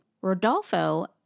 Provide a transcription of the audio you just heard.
Rodolfo